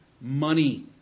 money